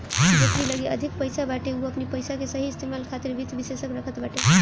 जेकरी लगे अधिक पईसा बाटे उ अपनी पईसा के सही इस्तेमाल खातिर वित्त विशेषज्ञ रखत बाटे